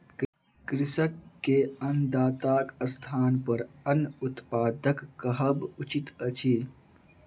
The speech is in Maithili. कृषक के अन्नदाताक स्थानपर अन्न उत्पादक कहब उचित अछि